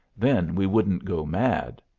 then we wouldn't go mad,